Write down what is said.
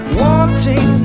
wanting